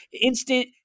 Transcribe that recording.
instant